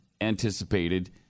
anticipated